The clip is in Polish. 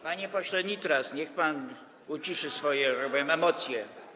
Panie pośle Nitras, niech pan uciszy swoje emocje.